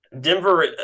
Denver